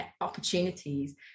opportunities